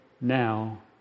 now